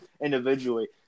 individually